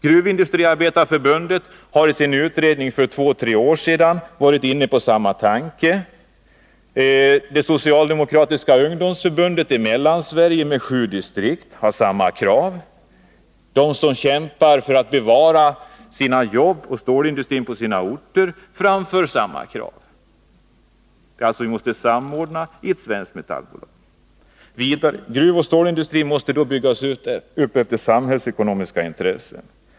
Gruvindustriarbetareförbundet var för två tre år sedan i sin utredning inne på samma tanke. Det socialdemokratiska ungdomsförbundets sju distrikt i Mellansvergie har samma krav. De som kämpar för att bevara sina jobb inom stålindustrin framför samma krav. Vi måste alltså samordna denna industri i ett svenskt metallbolag. Vidare måste gruvoch stålindustrin byggas upp efter samhällsekonomiska intressen.